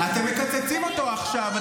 אתם מקצצים אותו עכשיו.